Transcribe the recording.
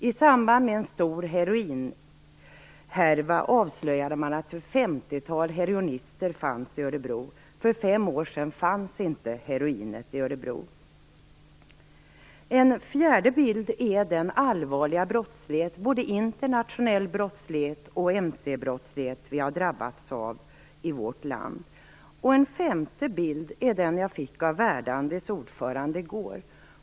I samband med en stor heroinhärva avslöjade man att ett 50-tal heroinister fanns i Örebro. För fem år sedan fanns inte heroinet i Örebro. En fjärde bild är den allvarliga brottslighet - både internationell brottslighet och mc-brottslighet - vi har drabbats av i vårt land. En femte bild är den jag fick av Verdandis ordförande i går.